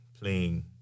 playing